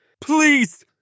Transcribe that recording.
Please